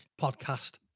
podcast